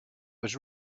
was